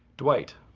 dwight,